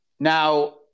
Now